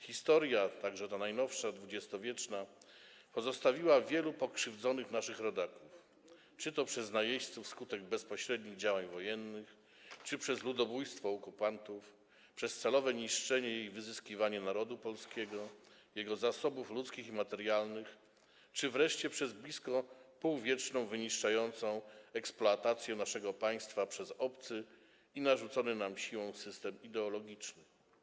Historia, także ta najnowsza, XX-wieczna, pozostawiła wielu pokrzywdzonych naszych rodaków czy to przez najeźdźców wskutek bezpośrednich działań wojennych, czy to przez ludobójstwo okupantów, celowe niszczenie i wyzyskiwanie narodu polskiego, jego zasobów ludzkich i materialnych, czy też wreszcie przez blisko półwieczną, wyniszczającą eksploatację naszego państwa przez obcy i narzucony nam siłą system ideologiczny.